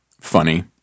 funny